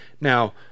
Now